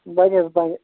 بَنہِ حظ بنہِ